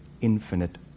infinite